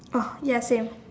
oh ya same